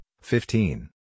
fifteen